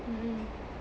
mm mm